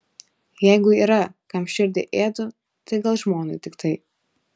jeigu yra kam širdį ėdu tai gal žmonai tiktai